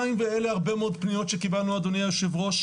2. ואלה הרבה מאוד פניות שקיבלנו אדוני היו"ר,